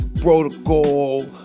Protocol